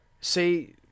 say